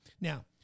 Now